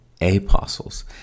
apostles